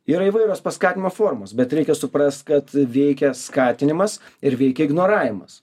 yra įvairios paskatino formos bet reikia suprast kad veikia skatinimas ir veikia ignoravimas